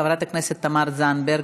חברת הכנסת תמר זנדברג,